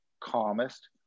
calmest